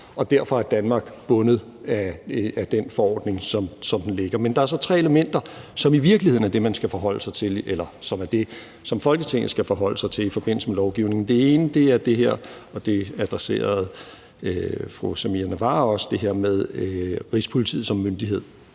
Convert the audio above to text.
derfor er Danmark bundet af den forordning, som den ligger. Men der er så tre elementer, som i virkeligheden er det, man skal forholde sig til, eller som er det, som Folketinget skal forholde sig til i forbindelse med lovgivningen. Det ene er det her – og det adresserede fru Samira Nawa også – med Rigspolitiet som myndighed.